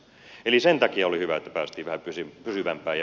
eli sen takia oli hyvät pääsivät ensin pysyvä vai